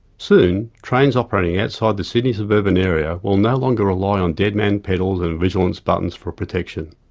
soon, trains operating outside the sydney suburban area will no longer rely on deadman pedals and vigilance buttons for protection.